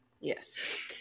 Yes